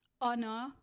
Honor